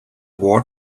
war